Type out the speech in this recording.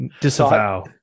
disavow